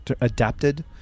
adapted